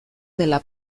dela